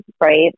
right